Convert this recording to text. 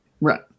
Right